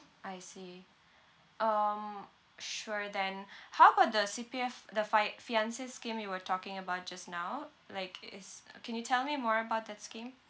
I see um sure then how about the C_P_F the fi~ fiance scheme we were talking about just now like is can you tell me more about that scheme